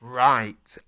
right